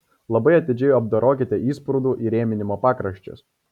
labai atidžiai apdorokite įsprūdų įrėminimo pakraščius